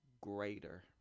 greater